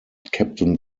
captain